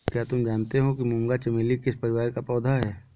क्या तुम जानते हो कि मूंगा चमेली किस परिवार का पौधा है?